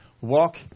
Walk